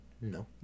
No